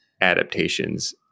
adaptations